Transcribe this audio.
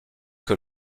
que